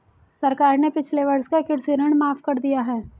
सरकार ने पिछले वर्ष का कृषि ऋण माफ़ कर दिया है